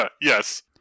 Yes